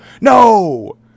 No